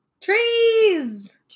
Trees